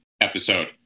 episode